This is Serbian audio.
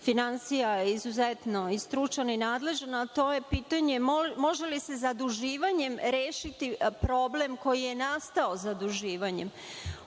finansija izuzetno stručan i nadležan, a to je pitanje – može li se zaduživanjem rešiti problem koji je nastao zaduživanjem? Ono